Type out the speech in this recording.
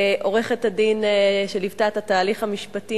לעורכת-הדין שליוותה את התהליך המשפטי,